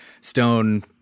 stone